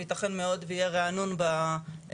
ויתכן מאוד ויהיה ריענון בהרכבים.